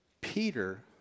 Peter